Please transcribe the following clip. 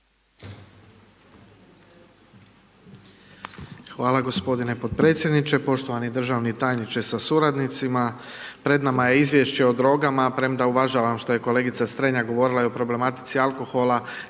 Hvala g. potpredsjedniče, poštovani državni tajniče sa suradnicima, pred nama je izvješće o drogama, premda uvažavam što je kolegica Strenja govorila i o problematici alkohola,